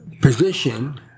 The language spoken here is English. position